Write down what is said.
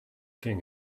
king